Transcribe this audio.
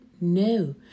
no